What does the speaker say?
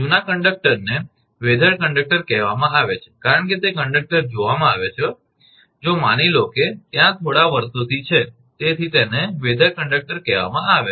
જૂના કંડક્ટરને weathered conductor કહેવામાં આવે છે કારણ કે તે કંડક્ટર જોવામાં આવે છે જો માની લો કે તે ત્યાં થોડા વર્ષોથી છે તેથી તેને વેધર્ડ કંડક્ટર કહેવામાં આવે છે